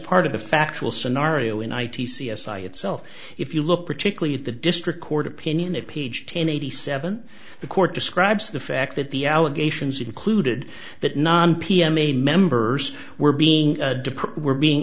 part of the factual scenario in i t c s i itself if you look particularly at the district court opinion at page ten eighty seven the court describes the fact that the allegations included that non p m a members were being were being